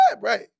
right